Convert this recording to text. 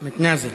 מתנאזל.